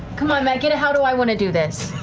come on, matt, get a how do i want to do this?